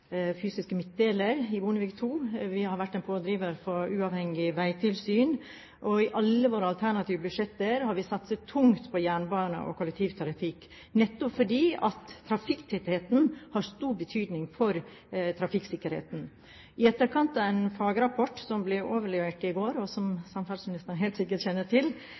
fysiske midtdelere – i Bondevik II – vi har vært en pådriver for uavhengig veitilsyn, og i alle våre alternative budsjetter har vi satset tungt på jernbane og kollektivtrafikk, nettopp fordi trafikktettheten har stor betydning for trafikksikkerheten. I etterkant av en fagrapport som ble overlevert i går, og som samferdselsministeren helt sikkert kjenner til,